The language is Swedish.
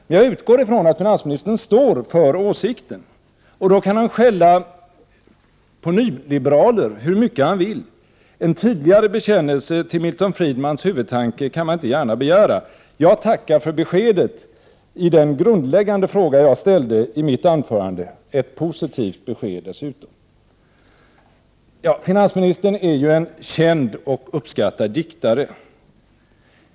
Men jag utgår från att finansministern står för åsikten. Då kan han skälla på nyliberaler hur mycket han vill, en tydligare bekännelse till Milton Friedmans huvudtanke kan man inte gärna begära. Jag tackar för beskedet i den grundläggande fråga jag ställde i mitt anförande, ett positivt besked dessutom. Finansministern är en känd och uppskattad diktare.